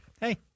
hey